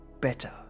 better